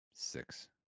Six